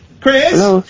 Chris